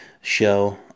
show